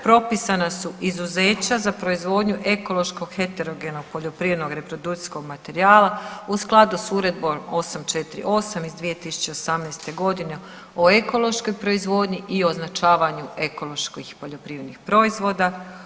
Propisana su izuzeća za proizvodnju ekološkog heterogenog poljoprivrednog reprodukcijskog materijala u skladu s Uredbom 848 iz 2018. godine o ekološkoj proizvodnji i označavanju ekoloških poljoprivrednih proizvoda.